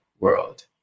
world